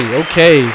okay